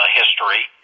history